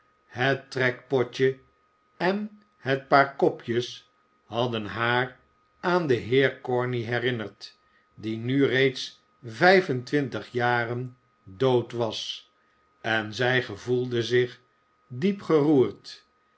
het trekpotje en het paar kopjes hadden haar aan den heer corney herinnerd die nu reeds vijf en twintig jaren dood was en zij gevoelde zich diep geroerd